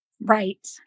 Right